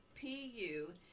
PU